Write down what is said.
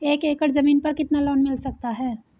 एक एकड़ जमीन पर कितना लोन मिल सकता है?